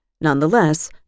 Nonetheless